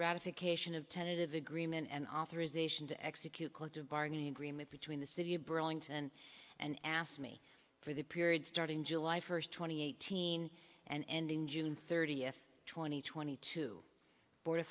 resolution ratification of tentative agreement and authorization to execute collective bargaining agreement between the city of burlington and asked me for the period starting july first twenty eighteen and ending june thirtieth twenty twenty two for t